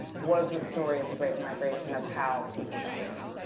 was the story of the great migration. that's how people got there.